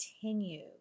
continue